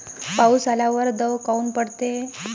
पाऊस आल्यावर दव काऊन पडते?